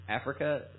Africa